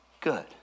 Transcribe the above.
good